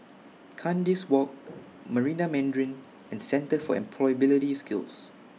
Kandis Walk Marina Mandarin and Centre For Employability Skills